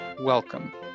welcome